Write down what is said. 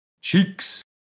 cheeks